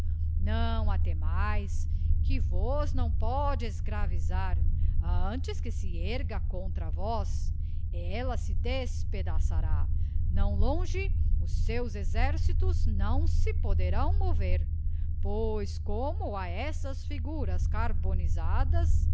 não a temaes que vos não pôde escravisar antes que se erga contra vós ella se despedaçará não longe os seus exércitos não se poderão mover pois como a essas figuras carbonisadas